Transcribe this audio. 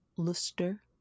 luster